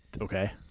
Okay